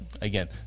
again